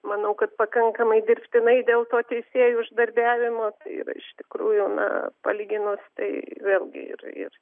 manau kad pakankamai dirbtinai dėl to teisėjų uždarbiavimo yra iš tikrųjų na palyginus tai vėlgi ir ir